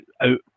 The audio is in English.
out